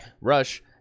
Rush